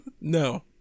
No